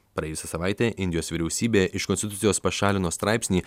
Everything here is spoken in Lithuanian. praėjusią savaitę indijos vyriausybė iš konstitucijos pašalino straipsnį